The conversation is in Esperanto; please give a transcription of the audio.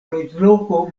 loĝloko